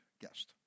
guest